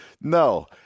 no